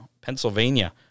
Pennsylvania